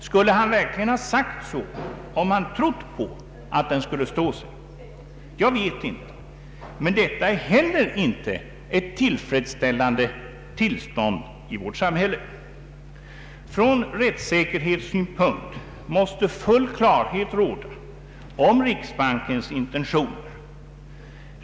Skulle han verkligen ha sagt så, om han tror på att den skulle stå sig? Jag vet inte, men detta är heller inte ett tillfredsställande tillstånd i vårt samhälle. Från rättssäkerhetssynpunkt måste full klarhet råda om riksbankens intentioner.